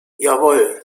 jawohl